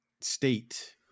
state